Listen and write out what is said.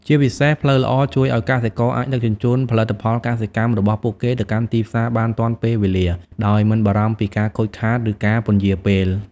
ជាពិសេស ផ្លូវល្អជួយឲ្យកសិករអាច ដឹកជញ្ជូនផលិតផលកសិកម្មរបស់ពួកគេទៅកាន់ទីផ្សារបានទាន់ពេលវេលា ដោយមិនបារម្ភពីការខូចខាត ឬការពន្យារពេល។